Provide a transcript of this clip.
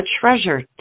treasure